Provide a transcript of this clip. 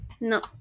no